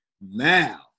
Now